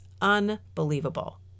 unbelievable